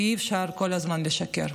כי אי-אפשר כל הזמן לשקר.